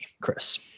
Chris